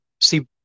see